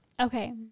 Okay